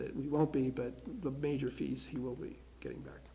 that we won't be but the major fees he will be getting back